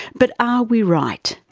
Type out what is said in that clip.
but are we right?